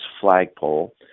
flagpole